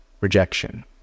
rejection